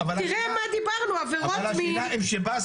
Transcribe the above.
תראה על מה דיברנו, עבירות מין, אלמ"ב.